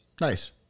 nice